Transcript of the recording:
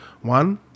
One